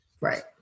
Right